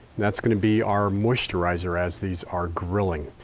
that's going to be our moisturizer as these are grilling.